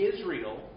Israel